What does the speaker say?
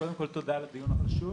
קודם כל, תודה על הדיון החשוב.